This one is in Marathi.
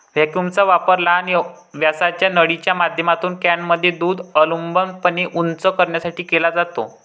व्हॅक्यूमचा वापर लहान व्यासाच्या नळीच्या माध्यमातून कॅनमध्ये दूध अनुलंबपणे उंच करण्यासाठी केला जातो